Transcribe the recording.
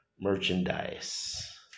merchandise